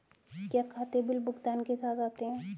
क्या खाते बिल भुगतान के साथ आते हैं?